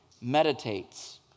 Meditates